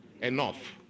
enough